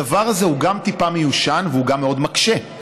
הדבר הזה הוא גם טיפה מיושן וגם מאוד מקשה,